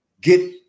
get